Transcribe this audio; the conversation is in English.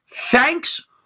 thanks